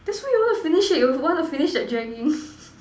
that's why you want to finish it you want to finish that dragging